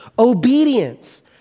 obedience